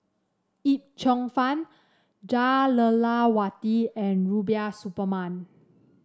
Yip Cheong Fun Jah Lelawati and Rubiah Suparman